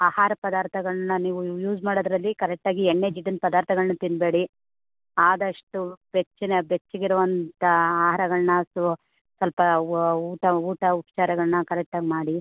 ಆಹಾರ ಪದಾರ್ಥಗಳ್ನ ನೀವು ಯೂಸ್ ಮಾಡೋದರಲ್ಲಿ ಕರೆಕ್ಟ್ ಆಗಿ ಎಣ್ಣೆ ಜಿಡ್ಡಿನ ಪದಾರ್ಥಗಳನ್ನ ತಿನ್ನಬೇಡಿ ಆದಷ್ಟು ಬೆಚ್ಚನೆ ಬೆಚ್ಚಗಿರೋ ಅಂಥ ಆಹಾರಗಳನ್ನ ಆತು ಸ್ವಲ್ಪ ಊಟ ಊಟ ಉಪಚಾರಗಳ್ನ ಕರೆಕ್ಟಾಗಿ ಮಾಡಿ